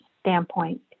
standpoint